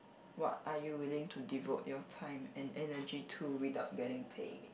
what are you willing to devote your time and energy to without getting paid